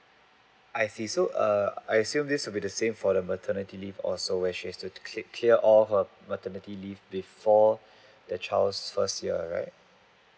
I see so uh I assume this will be the same for the maternity leave or so where she has to clear all of her maternity leave before the child's first year right